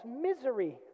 misery